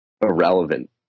irrelevant